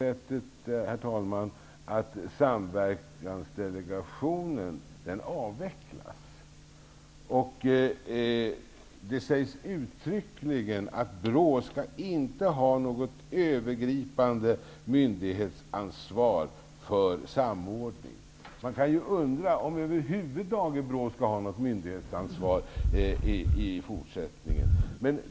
Herr talman! Samverkansdelegationen avvecklas. Det sägs uttryckligen att BRÅ inte skall ha något övergripande myndighetsansvar för samordning. Man kan undra om BRÅ över huvud taget skall ha något myndighetsansvar i fortsättningen.